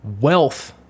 wealth